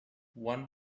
one